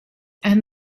and